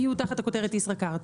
יהיו תחת הכותרת ישראכרט.